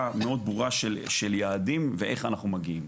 מאוד ברורה של יעדים ואיך אנחנו מגיעים.